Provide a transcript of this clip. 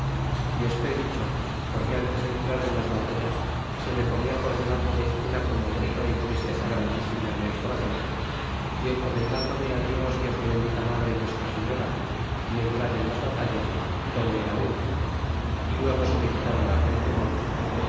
y esto he dicho porque ntes de entrar en las batallas se me ponla por delante una como grima y tristeza grandísima en el corazon y encomendándome a dios y su bendita madre nuestra señora y entrar en las batallas todo era uno y luego se me quitaba aquel temor